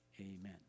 Amen